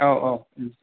औ औ